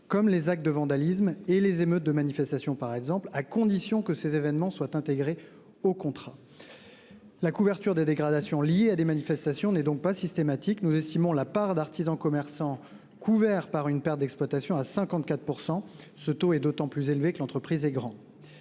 comme les actes de vandalisme et les émeutes de manifestations, par exemple, à condition que ces événements soient intégrés au contrat. La couverture des dégradations liées à des manifestations n'est donc pas systématique. Nous estimons la part d'artisans et de commerçants couverts en cas de perte d'exploitation à 54 %. Plus les entreprises sont grandes,